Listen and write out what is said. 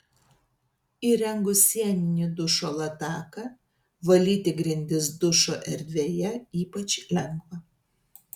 įrengus sieninį dušo lataką valyti grindis dušo erdvėje ypač lengva